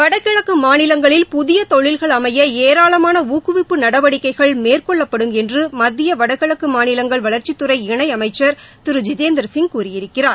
வடகிழக்கு மாநிலங்களில் புதிய தொழில்கள் அமைய ஏராளமான ஊக்குவிப்பு நடவடிக்கைகள் மேற்கொள்ளப்படும் என்று மத்திய வடகிழக்கு மாநிலங்கள் வளர்க்சித்துறை இணையமைச்சர் திரு ஜித்தேந்திர சிங் கூறியிருக்கிறார்